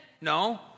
No